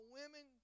women